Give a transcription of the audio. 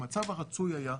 המצב הרצוי היה,